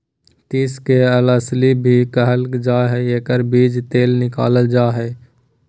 तीसी के अलसी भी कहल जा हइ एकर बीज से तेल निकालल जा हइ